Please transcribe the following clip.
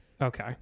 Okay